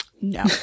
No